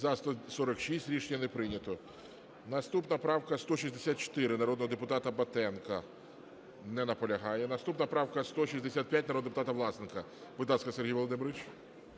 За-146 Рішення не прийнято. Наступна правка – 164, народного депутата Батенка. Не наполягає. Наступна правка – 165, народного депутата Власенка. Будь ласка, Сергій Володимирович.